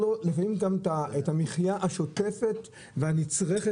אבל לא ברור איך לא נתתם נתונים למרכז המחקר והמידע.